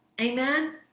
amen